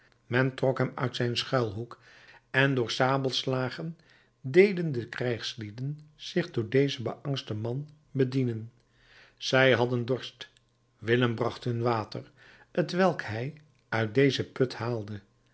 men trok hem uit zijn schuilhoek en door sabelslagen deden de krijgslieden zich door dezen beangsten man bedienen zij hadden dorst willem bracht hun water t welk hij uit dezen put haalde